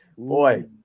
Boy